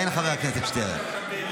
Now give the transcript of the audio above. כן, חבר הכנסת שטרן.